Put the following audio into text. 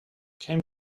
came